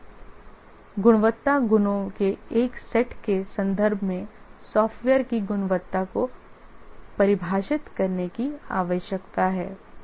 हमें गुणवत्ता गुणों के एक सेट के संदर्भ में सॉफ़्टवेयर की गुणवत्ता को परिभाषित करने की आवश्यकता है